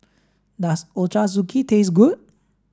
does Ochazuke taste good